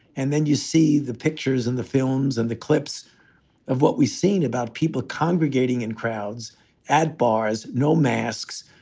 and then you see the pictures and the films and the clips of what we've seen about people congregating in crowds at bars, no masks,